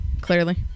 clearly